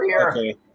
Okay